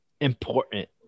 important